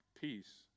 Peace